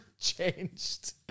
changed